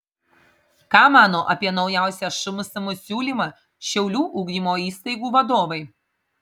ką mano apie naujausią šmsm siūlymą šiaulių ugdymo įstaigų vadovai